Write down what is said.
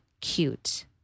cute